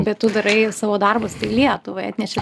bet tu darai savo darbus tai lietuvai atneši